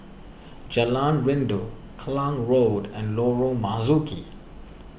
Jalan Rindu Klang Road and Lorong Marzuki